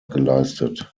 geleistet